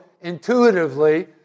intuitively